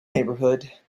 neighborhood